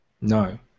No